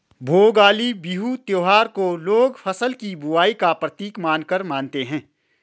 भोगाली बिहू त्योहार को लोग फ़सल की बुबाई का प्रतीक मानकर मानते हैं